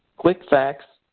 quickfacts,